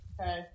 Okay